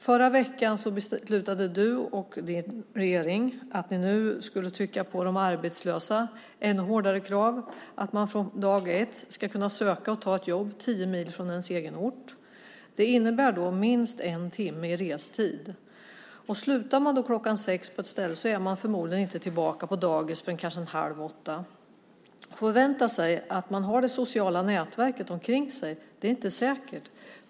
Förra veckan beslutade du och din regering att ställa ännu hårdare krav på de arbetslösa, nämligen att de från dag 1 ska kunna söka och ta ett jobb 10 mil från ens egen ort. Det innebär minst en timme i restid. Slutar man klockan sex är man förmodligen inte tillbaka på dagis förrän kanske halv åtta. Då förväntas man ha detta sociala nätverk omkring sig, men det är inte säkert.